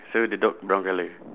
so the dog brown colour